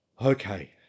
okay